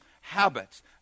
habits